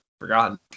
forgotten